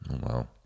wow